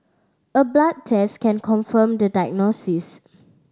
a blood test can confirm the diagnosis